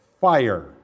fire